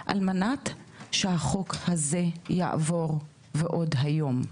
על מנת שהחוק הזה יעבור, ועוד היום.